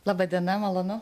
laba diena malonu